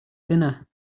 dinner